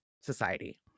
society